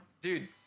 dude